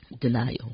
denial